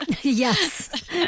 yes